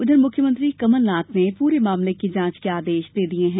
उधर मुख्यमंत्री कमलनाथ ने पूरे मामले की जांच के आदेश दिये हैं